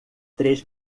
três